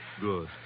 Good